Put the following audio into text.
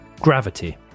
Gravity